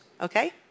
okay